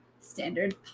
standard